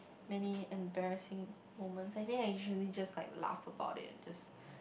many embarrassing moments I think I usually just like laugh about it and just